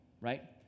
Right